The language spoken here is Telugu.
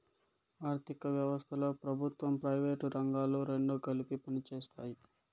ఆర్ధిక వ్యవస్థలో ప్రభుత్వం ప్రైవేటు రంగాలు రెండు కలిపి పనిచేస్తాయి